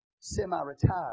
semi-retired